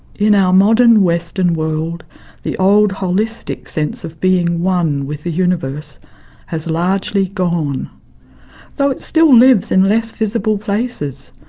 in our modern, western world the old holistic sense of being one with the universe has largely gone though it still lives in less visible places.